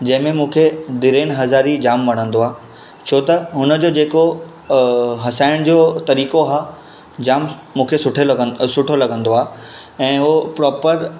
जंहिं में मूंखे द्रिवेन हज़ारी जामु वणंदो आहे छो त हुनजो जेको हसाइण जो तरीक़ो आहे जामु मूंखे सुठे सुठो लॻंदो आहे ऐं उहो प्रॉपर